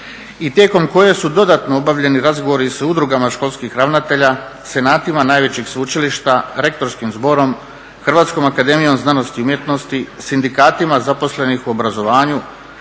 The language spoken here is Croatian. i tijekom koje su dodatno obavljeni razgovori s udrugama školskih ravnatelja, senatima najvećih sveučilišta, rektorskim zborom, HAZU-om, sindikatima zaposlenih u obrazovanju,